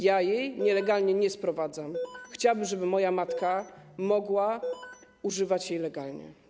Ja jej nielegalnie nie sprowadzam, chciałbym, żeby moja matka mogła używać jej legalnie.